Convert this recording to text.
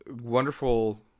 Wonderful